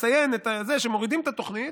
לציין את זה שמורידים את התוכנית,